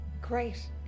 Great